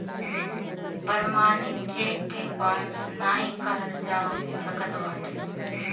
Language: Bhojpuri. प्रमाणित चेक के बाउंस नाइ कइल जा सकत बाटे